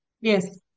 Yes